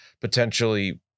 potentially